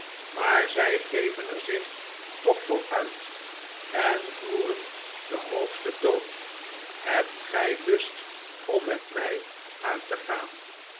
maar zij geven er zich toch voor uit en voeren den hoogsten toon hebt gij lust om met mij uit te gaan